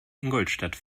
ingolstadt